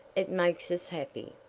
it makes us happy.